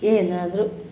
ಏನಾದರೂ